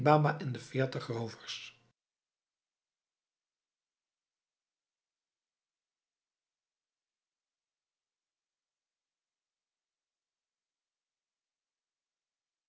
en de veertig roovers